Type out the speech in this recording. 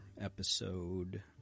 episode